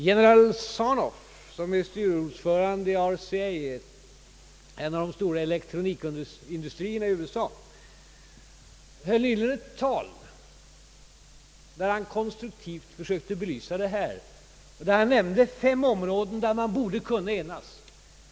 General Sarnoff, som är styrelseordförande i RCA, en av de stora elektronikindustrierna i USA, höll nyligen ett tal, vari han gav ett konstruktivt förslag. På fem områden torde man enas, trodde han.